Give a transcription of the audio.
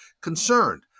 concerned